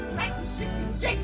1966